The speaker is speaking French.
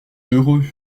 heureux